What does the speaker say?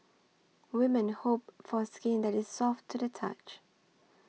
women hope for skin that is soft to the touch